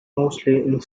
mostly